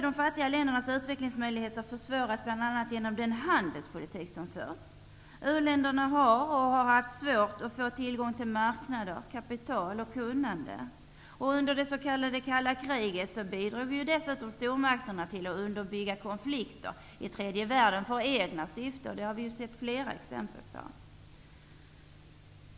De fattiga ländernas utvecklingsmöjligheter har försvårats genom den handelspolitik som förts. U-länderna har och har haft svårt att få tillgång till marknader, kapital och kunnande. Under det s.k. kalla kriget bidrog dessutom stormakterna till att underbygga konflikter i tredje världen för egna syften. Det har vi sett flera exempel på.